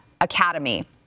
Academy